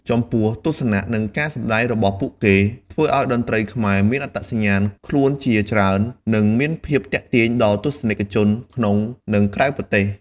ចំពោះទស្សនៈ និងការសម្តែងរបស់ពួកគេ ធ្វើឲ្យតន្ត្រីខ្មែរ មានអត្តសញ្ញាណខ្លួនជាច្រើន និងមានភាពទាក់ទាញដល់ទស្សនិកជនក្នុង និងក្រៅប្រទេស។